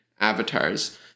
avatars